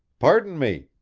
pardon me,